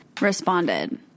responded